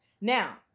Now